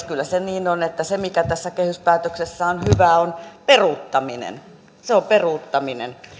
kyllä se niin on että se mikä tässä kehyspäätöksessä on hyvää on peruuttaminen se on peruuttaminen